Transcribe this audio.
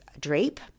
drape